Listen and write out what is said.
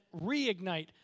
reignite